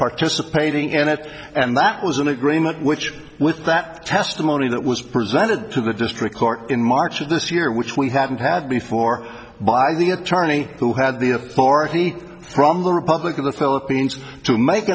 participating in it and that was an agreement which with that testimony that was presented to the district court in march of this year which we hadn't had before by the attorney who had the authority from the republican the philippines to make